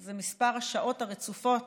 זה מספר השעות הרצופות